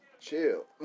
chill